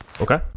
Okay